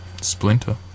Splinter